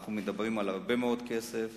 אנחנו מדברים על הרבה מאוד כסף,